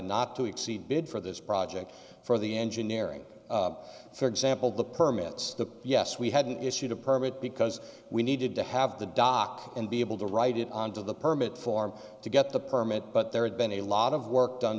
not to exceed bid for this project for the engineering for example the permits the yes we hadn't issued a permit because we needed to have the dock and be able to write it on to the permit form to get the permit but there had been a lot of work done